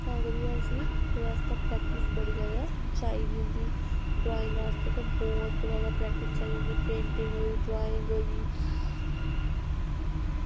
तां करियै उसी प्रैक्टिस ओह्दे आस्तै चाहिदी होंदी ग्राईं बास्तै ते बहुत जैदा प्रैक्टिस चाहिदी होंदी पेंटिंग होई ड्राईंग होई